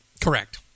Correct